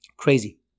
crazy